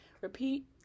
repeat